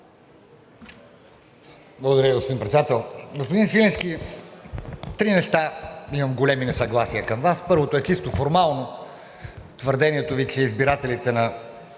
Благодаря, господин Председател. Господин Свиленски, по три неща имам големи несъгласия към Вас. Първото е чисто формално – твърдението Ви, че избирателите на